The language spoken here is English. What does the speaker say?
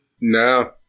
No